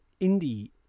indie